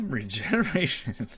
regeneration